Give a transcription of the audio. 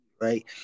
right